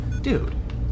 dude